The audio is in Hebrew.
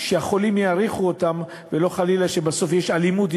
שהחולים יעריכו אותן ולא שחלילה בסוף תהיה אלימות,